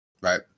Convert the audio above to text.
Right